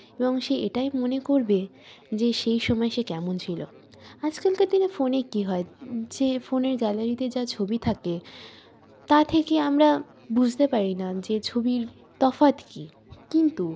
এবং সে এটাই মনে করবে যে সেই সময় সে কেমন ছিল আজকালকার দিনে ফোনে কী হয় যে ফোনের গ্যালারিতে যা ছবি থাকে তা থেকে আমরা বুঝতে পারি না যে ছবির তফাৎ কী কিন্তু